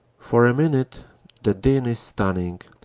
for a minute the din is stunning,